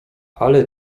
ale